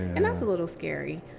and that's a little scary.